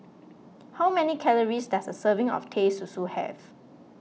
how many calories does a serving of Teh Susu have